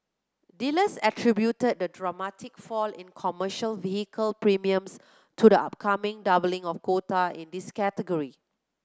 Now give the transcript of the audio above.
dealers attributed the dramatic fall in commercial vehicle premiums to the upcoming doubling of quota in this category